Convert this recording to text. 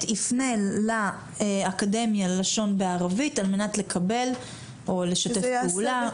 יפנה לאקדמיה ללשון בערבית על מנת לקבל או לשתף פעולה.